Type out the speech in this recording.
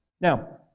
Now